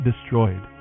destroyed